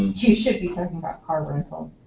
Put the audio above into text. you should be talking about car rental